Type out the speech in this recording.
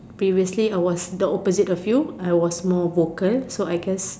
previously I was the opposite of you I was more vocal so I guess